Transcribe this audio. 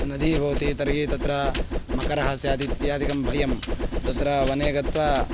नदी भवति तर्हि तत्र मकरः स्यात् इत्यादिकं भयं तत्र वने गत्वा